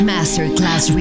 Masterclass